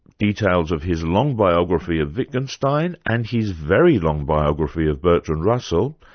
details of his long biography of wittgenstein and his very long biography of bertrand russell,